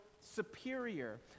superior